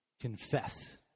confess